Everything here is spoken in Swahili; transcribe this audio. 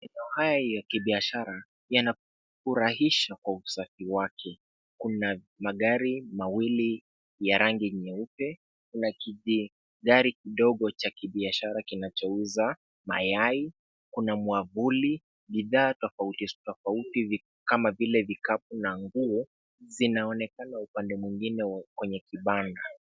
Magari haya ya kibiashara yanafurahisha kwa usaki wake. Kuna magari mawili ya rangi nyeupe. Kuna gari kidogo cha kibiashara kinachouza mayai, Kuna mwavuli bidhaa tofauti tofauti kama vile vikapu na nguo, zinaonekana upande mwingine kwenye kibanda.